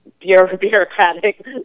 bureaucratic